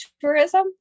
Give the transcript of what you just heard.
tourism